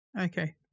Okay